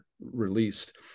released